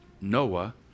Noah